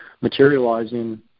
materializing